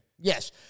Yes